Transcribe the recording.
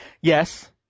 Yes